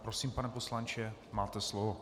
Prosím, pane poslanče, máte slovo.